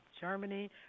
Germany